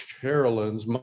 Carolyn's